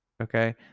okay